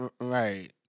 Right